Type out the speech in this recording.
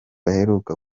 aheruka